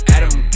Adam